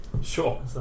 Sure